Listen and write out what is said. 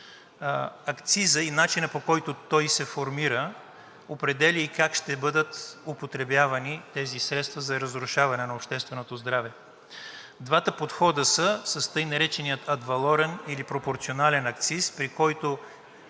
Акцизът и начинът, по който той се формира, определя и как ще бъдат употребявани тези средства за разрушаване на общественото здраве. Двата подхода са така нареченият адвалорен, или пропорционален акциз, при който